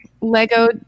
lego